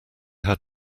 had